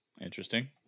Interesting